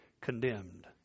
condemned